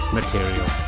material